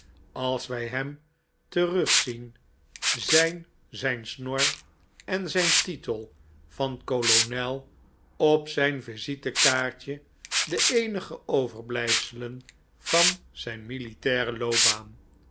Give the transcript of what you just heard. als wij hem terugzien zijn zijn snor en zijn titel van kolonel op zijn visitekaartje de eenige overblijfselen van zijn militaire loopbaan